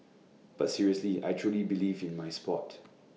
but seriously I truly believe in my Sport